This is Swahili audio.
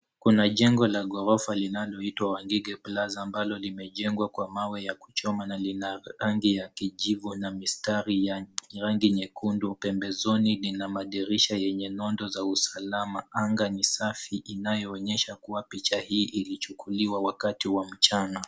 Kuna jengo la ghorofa linaloitwa Wangige Plaza ambalo limejengwa kwa mawe ya kuchoma na lina rangi ya kijivu na mistari ya rangi nyekundu. Pembezoni lina madirisha yenye nondo za usalama, anga ni safi inayoonyesha kuwa pichi hii ilichukuliwa wakati wa mchana.